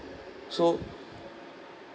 so